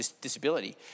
disability